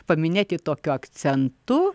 paminėti tokiu akcentu